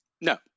No